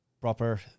proper